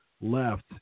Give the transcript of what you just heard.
left